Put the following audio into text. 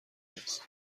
است